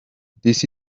this